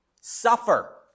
Suffer